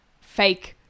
fake